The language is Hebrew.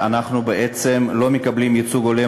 שאנחנו בעצם לא מקבלים ייצוג הולם,